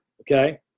okay